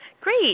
Great